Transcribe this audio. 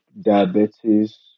diabetes